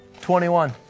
21